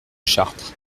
chartres